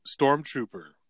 stormtrooper